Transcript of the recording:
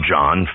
John